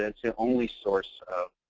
that's the only source